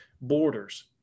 borders